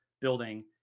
building